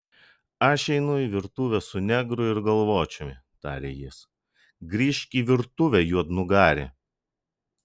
aš einu į virtuvę su negru ir galvočiumi tarė jis grįžk į virtuvę juodnugari